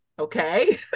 Okay